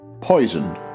Poison